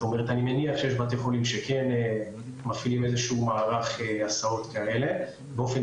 אני מניח שיש בתי חולים שכן מפעילים איזשהו מערך הסעות כאלה באופן